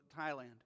Thailand